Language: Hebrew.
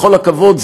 בכל הכבוד,